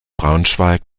braunschweig